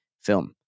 film